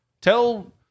Tell